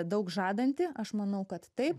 daug žadanti aš manau kad taip